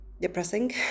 depressing